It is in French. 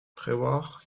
prévoir